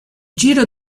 giro